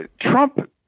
Trump